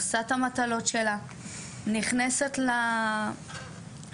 עושה את המטלות שלה, נכנסת ללימודים.